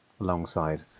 alongside